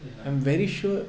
ya